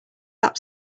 app